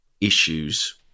issues